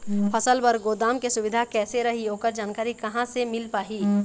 फसल बर गोदाम के सुविधा कैसे रही ओकर जानकारी कहा से मिल पाही?